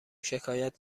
شکایت